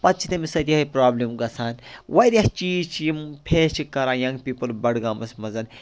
پَتہٕ چھِ تٔمِس سۭتۍ یِہاے پرابلِم گَژھان واریاہ چیز چھِ یِم فیس چھِ کَران یَنگ پیپٕل بَڑگامَس مَنٛز